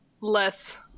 less